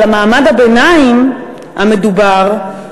אלא מעמד הביניים המדובר,